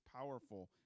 powerful